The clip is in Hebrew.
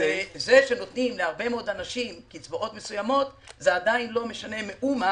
זה שנותנים להרבה מאוד אנשים קצבאות מסוימות זה עדיין לא משנה מאומה